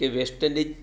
કે વેસ્ટનડિઝ